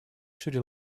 шри